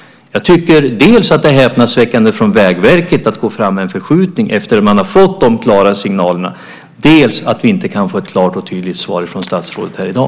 Jag tycker att det är häpnadsväckande dels att Vägverket går fram med en förskjutning efter att man har fått de klara signalerna, dels att vi inte kan få ett klart och tydligt svar från statsrådet här i dag.